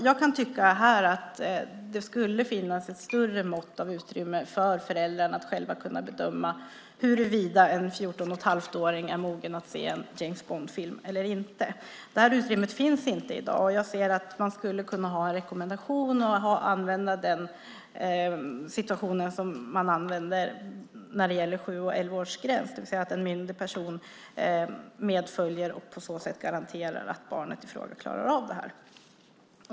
Jag kan tycka att det skulle finnas ett större mått av utrymme för föräldrarna att själva kunna bedöma huruvida en 14 1⁄2-åring är mogen att se en James Bond-film eller inte. Detta utrymme finns inte i dag. Jag tycker att man skulle kunna ha en rekommendation och använda den regel som gäller 7 och 11-årsgränserna, det vill säga att en myndig person medföljer och på så sätt garanterar att barnet i fråga klarar av detta.